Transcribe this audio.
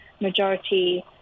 majority